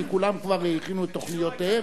כי כולם כבר הכינו את תוכניותיהם.